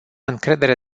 încredere